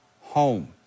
home